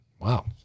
Wow